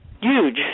Huge